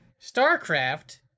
Starcraft